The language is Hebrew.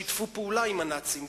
שיתפו פעולה עם הנאצים.